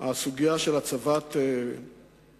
הסוגיה של הצבת שומרים,